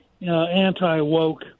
anti-woke